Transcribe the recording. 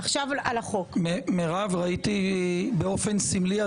ראיתי באופן סמלי,